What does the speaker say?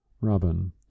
Robin